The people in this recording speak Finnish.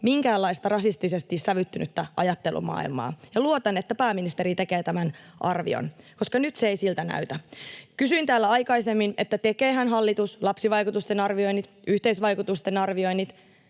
minkäänlaista rasistisesti sävyttynyttä ajattelumaailmaa. Luotan, että pääministeri tekee tämän arvion, koska nyt se ei siltä näytä. Kysyin täällä aikaisemmin, että tekeehän hallitus lapsivaikutusten arvioinnit, yhteisvaikutusten arvioinnit